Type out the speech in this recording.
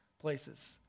places